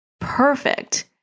perfect